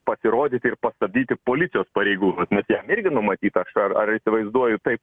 pasirodyti ir pastabdyti policijos pareigūnus nes jiem irgi numatyta šar ar įsivaizduoju taip